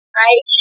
right